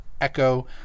Echo